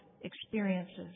experiences